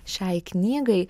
šiai knygai